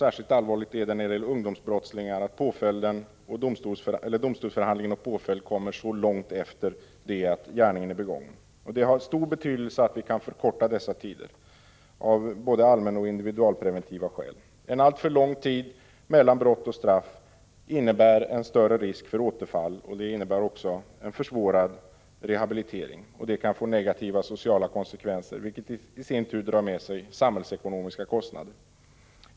Särskilt allvarligt är det för ungdomsbrottslingar att domstolsförhandling och påföljd kommer så långt efter det att gärningen är begången. Det är av stor betydelse att dessa tider kan förkortas, både av allmänoch av individualpreventiva skäl. Alltför lång tid mellan brott och straff innebär större risk för återfall och försvårad rehabilitering. Det kan få negativa sociala konsekvenser, vilket i sin tur drar med sig samhällsekonomiska kostnader.